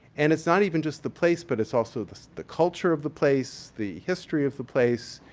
and it's not even just the place, but it's also the the culture of the place, the history of the place,